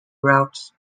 routes